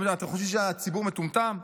אתם חושבים שהציבור מטומטם?